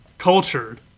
cultured